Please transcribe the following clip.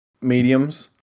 mediums